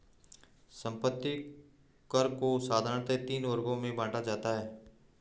संपत्ति कर को साधारणतया तीन वर्गों में बांटा जाता है